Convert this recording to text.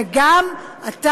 וגם אתה,